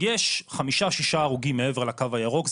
יש חמישה-שישה הרוגים מעבר לקו הירוק,